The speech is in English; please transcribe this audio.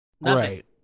Right